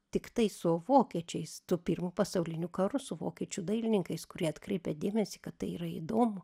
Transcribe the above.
tiktai su vokiečiais tuo pirmu pasauliniu karu su vokiečių dailininkais kurie atkreipė dėmesį kad tai yra įdomu